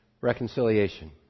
reconciliation